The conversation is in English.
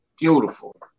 Beautiful